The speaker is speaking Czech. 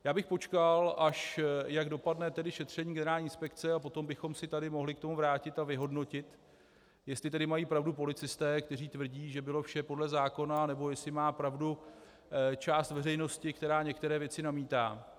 Já bych počkal, až jak dopadne šetření generální inspekce, a potom bychom se tady mohli k tomu vrátit a vyhodnotit, jestli tedy mají pravdu policisté, kteří tvrdí, že bylo vše podle zákona, nebo jestli má pravdu část veřejnosti, která některé věci namítá.